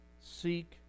seek